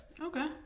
Okay